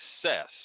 success